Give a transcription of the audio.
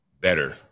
better